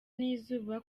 n’izuba